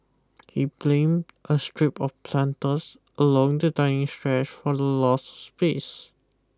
he blame a strip of planters along the dining stretch for the loss of space